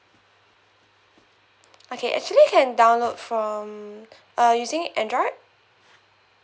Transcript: okay actually you can download from uh you're using android